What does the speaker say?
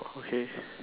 okay